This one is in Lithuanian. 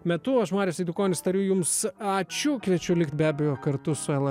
metu aš marius eidukonis tariu jums ačiū kviečiu likt be abejo kartu su lr